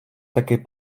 таки